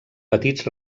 petits